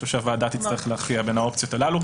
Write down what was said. שהוועדה תצטרך להכריע בין האופציות הללו.